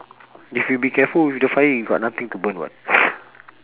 if you be careful with the fire you got nothing to burn [what]